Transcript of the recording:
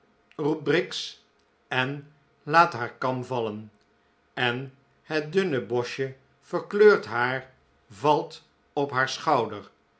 roept briggs en laat haar kam vallen en het dunne bosje verkleurd haar valt op haar schouder